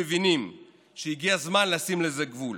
מבינים שהגיע הזמן לשים לזה גבול.